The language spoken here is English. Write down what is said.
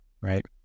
right